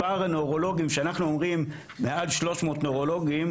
כשאנחנו אומרים מעל 300 נוירולוגים,